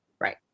Right